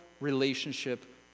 relationship